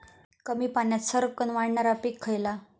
कमी पाण्यात सरक्कन वाढणारा पीक खयला?